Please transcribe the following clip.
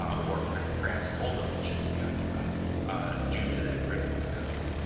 or perhaps the whole building shouldn't be occupied due to that critical failure.